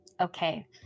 Okay